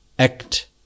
act